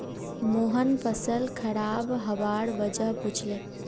मोहन फसल खराब हबार वजह पुछले